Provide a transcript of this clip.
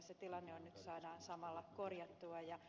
se tilanne nyt saadaan samalla korjattua